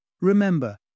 Remember